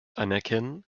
anerkennen